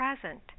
present